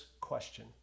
question